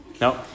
No